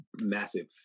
massive